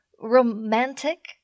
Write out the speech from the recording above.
romantic